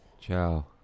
Ciao